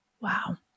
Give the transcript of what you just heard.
Wow